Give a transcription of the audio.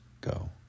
go